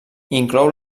inclou